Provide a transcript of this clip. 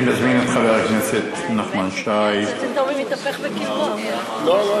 אני מזמין את חבר הכנסת נחמן שי לומר כמה דברי ברכה